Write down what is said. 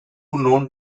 known